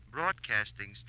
Broadcasting